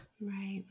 Right